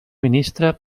ministre